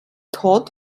tod